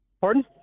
Pardon